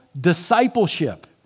discipleship